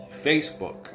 Facebook